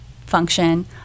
Function